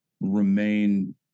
remain